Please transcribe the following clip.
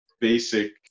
basic